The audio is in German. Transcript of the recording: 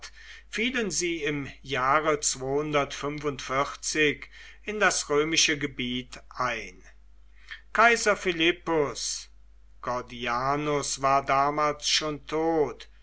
fielen sie im jahre in das römische gebiet ein kaiser philippus gordianus war damals schon tot